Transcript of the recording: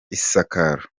isakaro